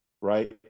right